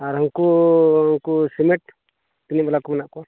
ᱟᱨ ᱦᱟᱹᱱᱠᱩ ᱩᱱᱠᱩ ᱥᱤᱢᱮᱱᱴ ᱛᱤᱱᱟᱹᱜ ᱵᱟᱞᱟ ᱠᱚ ᱢᱮᱱᱟᱜ ᱠᱚᱣᱟ